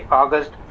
August